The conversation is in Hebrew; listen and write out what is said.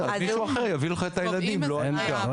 אז מישהו אחר יביא לך את הילדים, לא האישה.